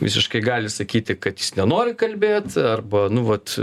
visiškai gali sakyti kad jis nenori kalbėt arba nu vat